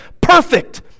Perfect